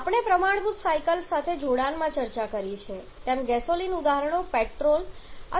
આપણે પ્રમાણભૂત સાયકલ સાથે જોડાણમાં ચર્ચા કરી છે તેમ ગેસોલિન ઉદાહરણો પેટ્રોલ અથવા કુદરતી ગેસ હોઈ શકે છે